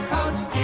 Coast